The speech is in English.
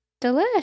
delish